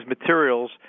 materials